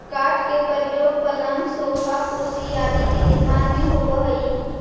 काष्ठ के प्रयोग पलंग, सोफा, कुर्सी आदि के निर्माण में होवऽ हई